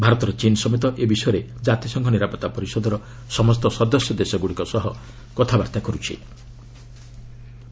ଭାରତର ଚୀନ୍ ସମେତ ଏ ବିଷୟରେ ଜାତିସଂଘ ନିରାପତ୍ତା ପରିଷଦର ସମସ୍ତ ସଦସ୍ୟ ଦେଶଗୁଡ଼ିକ ସହ କଥାବାର୍ତ୍ତା କର୍ତ୍ଥି